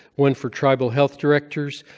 one for tribal health directors,